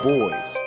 Boys